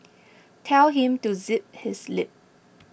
tell him to zip his lip